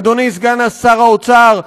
אדוני סגן שר האוצר,